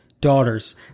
daughters